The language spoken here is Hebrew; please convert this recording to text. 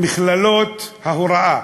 מכללות ההוראה.